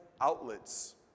outlets